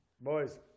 boys